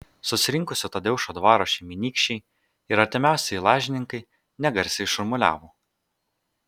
susirinkusių tadeušo dvaro šeimynykščiai ir artimiausieji lažininkai negarsiai šurmuliavo